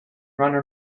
runner